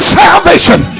salvation